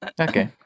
Okay